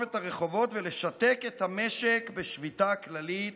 הרחובות ולשתק את המשק בשביתה כללית